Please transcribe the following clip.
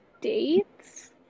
dates